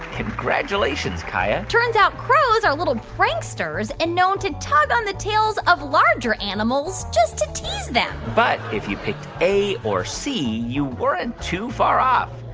congratulations, kaia turns out crows are little pranksters and known to tug on the tails of larger animals just to tease them but if you picked a or c, you weren't too far off.